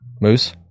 Moose